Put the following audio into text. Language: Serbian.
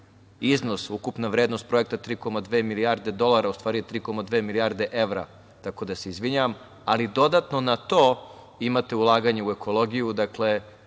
da je ukupna vrednost projekta 3,2 milijarde dolara, a u stvari je 3,2 milijarde evra, tako da se izvinjavam, ali dodatno na to imate ulaganje u ekologiju. Dakle,